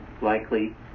likely